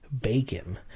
bacon